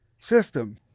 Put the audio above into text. system